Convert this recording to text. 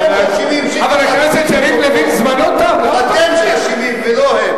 אתם אשמים שגלעד שליט לא פה.